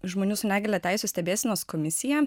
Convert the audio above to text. žmonių su negalia teisių stebėsenos komisija